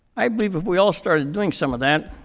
i believe if we all started doing some of that,